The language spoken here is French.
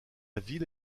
ville